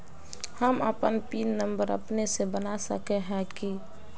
हम अपन pin number अपने से बना सके है की?